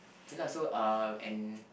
K lah so uh and